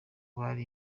bari